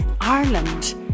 Ireland